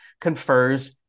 confers